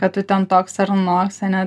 kad tu ten toks ar anoks ane